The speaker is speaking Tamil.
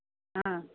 ஆ